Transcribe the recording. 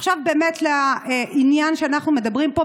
עכשיו לעניין שאנחנו מדברים פה.